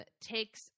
takes